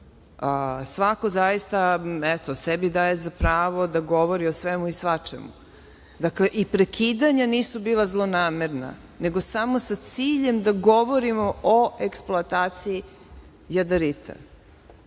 Svako zaista sebi daje za pravo da govori o svemu i svačemu. Dakle i prekidanja nisu bila zlonamerna, nego samo sa ciljem da govorimo o eksploataciji jadarita,